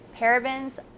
parabens